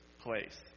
place